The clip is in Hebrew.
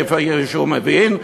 כפי שהוא מבין,